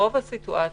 רוב הסיטואציות,